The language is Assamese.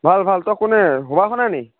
ভাল ভাল তই কোনে সুবাসনাই নি